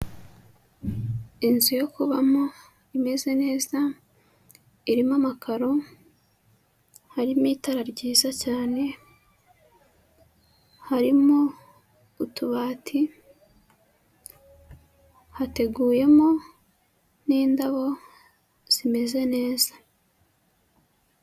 Inzu yo kubamo imeze neza, irimo amakaro, harimo itara ryiza cyane, harimo utubati, hateguyemo n'indabo zimeze neza.